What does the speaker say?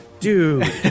Dude